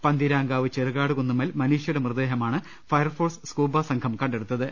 Pantheerankavu Cherukad Kunnummal മനീഷയുടെ മൃതദേഹമാണ് fire force scuba സംഘം കണ്ടെടുത്തത്